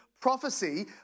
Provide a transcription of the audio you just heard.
prophecy